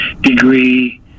degree